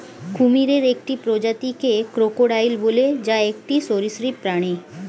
কুমিরের একটি প্রজাতিকে ক্রোকোডাইল বলে, যা একটি সরীসৃপ প্রাণী